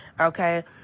okay